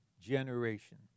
generation